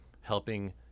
helping